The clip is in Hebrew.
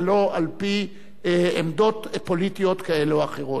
ולא על-פי עמדות פוליטיות כאלה או אחרות.